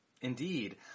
Indeed